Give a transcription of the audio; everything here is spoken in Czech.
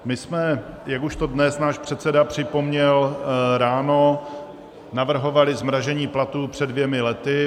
My jsme, jak už to dnes náš předseda připomněl ráno, navrhovali zmražení platů před dvěma lety.